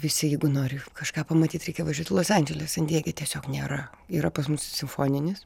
visi jeigu nori kažką pamatyt reikia važiuot į los andželes san diege tiesiog nėra yra pas mus simfoninis